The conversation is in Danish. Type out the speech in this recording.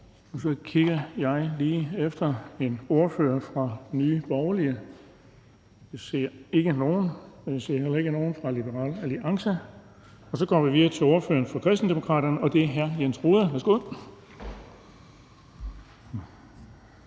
Jeg kigger lige efter en ordfører for Nye Borgerlige, men jeg ser ikke nogen. Jeg ser heller ikke nogen fra Liberal Alliance. Så går vi videre til ordføreren for Kristendemokraterne, og det er hr. Jens Rohde. Værsgo.